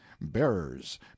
bearers